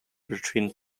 between